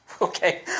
okay